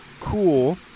cool